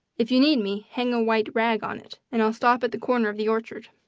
if you need me, hang a white rag on it, and i'll stop at the corner of the orchard.